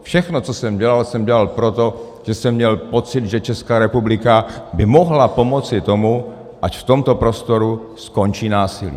Všechno, co jsem dělal, jsem dělal proto, že jsem měl pocit, že Česká republika by mohla pomoci tomu, ať v tomto prostoru skončí násilí.